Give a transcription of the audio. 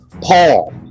Paul